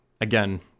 Again